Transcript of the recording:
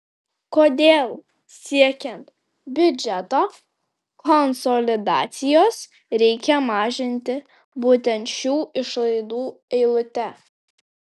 kodėl siekiant biudžeto konsolidacijos reikia mažinti būtent šių išlaidų eilutę